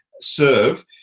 serve